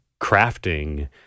crafting